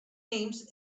names